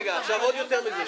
רגע, עכשיו עוד יותר מזה.